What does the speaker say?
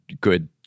good